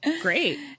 great